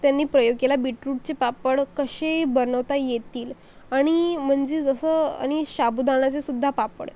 त्यांनी प्रयोग केला बीट रूटचे पापड कसे बनवता येतील आणि म्हणजे जसं आणि साबुदाणाचेसुद्धा पापड